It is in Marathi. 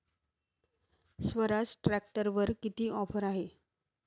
स्वराज ट्रॅक्टरवर किती ऑफर आहे?